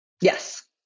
Yes